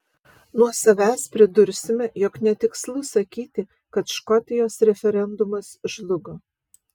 nuo savęs pridursime jog netikslu sakyti kad škotijos referendumas žlugo